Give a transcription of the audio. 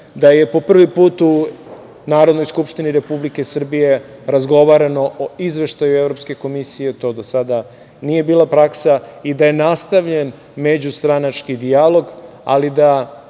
da je po prvi put u Narodnoj skupštini Republike Srbije razgovarano o izveštaju Evropske komisije. To do sada nije bila praksa. Nastavljen je Međustranački dijalog, ali da